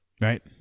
Right